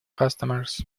customers